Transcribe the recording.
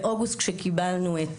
באוגוסט, כשקיבלנו את